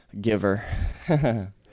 giver